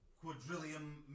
quadrillion